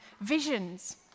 visions